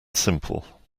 simple